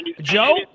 Joe